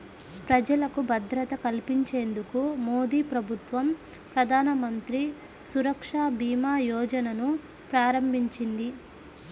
ప్రజలకు భద్రత కల్పించేందుకు మోదీప్రభుత్వం ప్రధానమంత్రి సురక్ష భీమా యోజనను ప్రారంభించింది